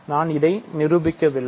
நான் இதை நிரூபிக்கவில்லை